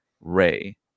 Ray